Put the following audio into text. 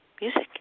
music